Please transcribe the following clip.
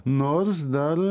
nors dar